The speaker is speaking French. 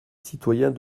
citoyens